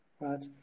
right